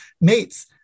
mates